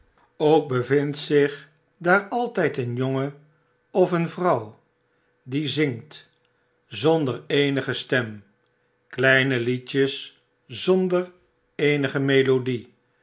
ook bevindt zich daar altyd een jongen of een vrouw die zingt zonder eenige stem kleine liedjes zonder eenige melodie